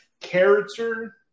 character